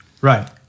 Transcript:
Right